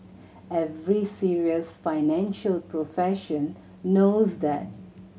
every serious financial profession knows that